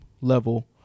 level